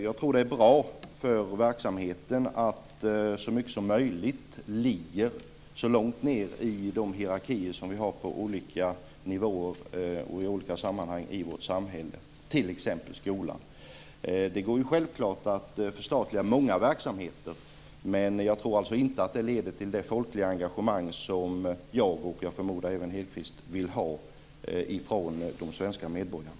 Jag tror att det är bra för verksamheten att så mycket som möjligt ligger så långt ned i de hierarkier som finns på olika nivåer i olika sammanhang i vårt samhälle, t.ex. skolan. Det går självfallet att förstatliga många verksamheter. Men jag tror inte att det leder till det folkliga engagemang som jag, och jag förmodar även Hedquist, vill ha.